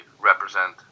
represent